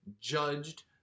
judged